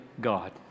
God